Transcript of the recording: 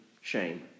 shame